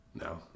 No